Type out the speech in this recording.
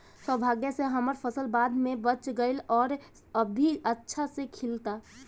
सौभाग्य से हमर फसल बाढ़ में बच गइल आउर अभी अच्छा से खिलता